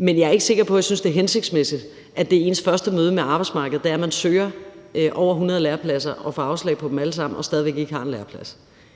men jeg er ikke sikker på, at jeg synes, det er hensigtsmæssigt, at ens første møde med arbejdsmarkedet er, at man søger over 100 lærepladser og får afslag på dem alle sammen og stadig væk ikke har en læreplads.